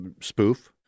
spoof